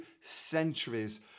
centuries